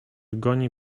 goni